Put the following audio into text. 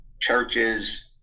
churches